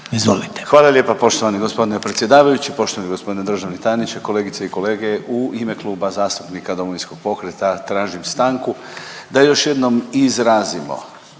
Hvala lijepa poštovani gospodine predsjedavajući. Poštovani gospodine državni tajniče, kolegice i kolege, u ime Kluba zastupnika Domovinskog pokreta tražim stanku da još jednom izrazimo,